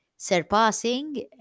surpassing